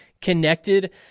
connected